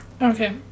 okay